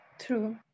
True